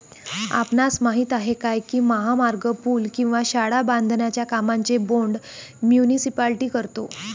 आपणास माहित आहे काय की महामार्ग, पूल किंवा शाळा बांधण्याच्या कामांचे बोंड मुनीसिपालिटी करतो?